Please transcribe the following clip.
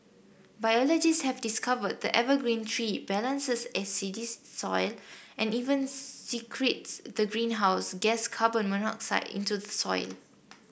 biologists have discovered the evergreen tree balances acidic soil and even secretes the greenhouse gas carbon monoxide into the soil